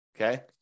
okay